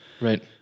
Right